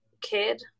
kid